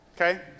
okay